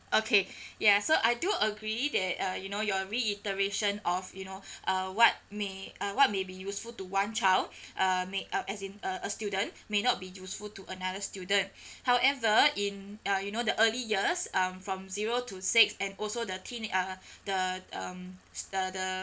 okay ya so I do agree that uh you know your reiteration of you know uh what may uh what may be useful to one child uh may uh as in a a student may not be useful to another student however in uh you know the early years um from zero to six and also the teen uh the um the the